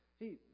hey